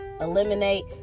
eliminate